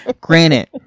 Granted